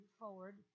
forward